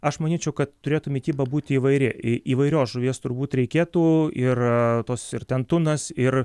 aš manyčiau kad turėtų mityba būti įvairi įvairios žuvies turbūt reikėtų ir tos ir ten tunas ir